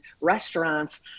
restaurants